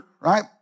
right